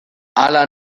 hala